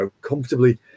comfortably